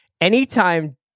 anytime